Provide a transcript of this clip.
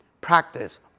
Practice